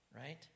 right